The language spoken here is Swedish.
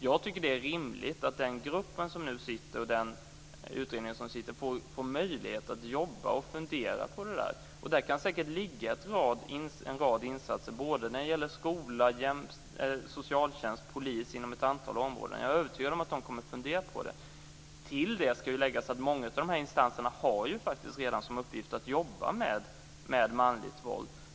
Jag tycker att det är rimligt att den sittande utredningen får möjlighet att jobba och fundera på det. Det kan säkert ligga en rad insatser när det gäller skola, socialtjänst och polis inom ett antal områden. Jag är övertygad om att man kommer att fundera på det. Till det ska läggas att många av de här instanserna redan har som uppgift att jobba med manligt våld.